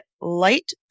light